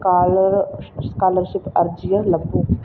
scholar scholarship ਅਰਜ਼ੀਆਂ ਲੱਭੋ